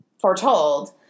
foretold